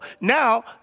now